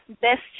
best